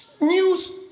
news